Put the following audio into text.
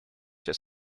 this